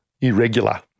irregular